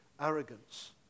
arrogance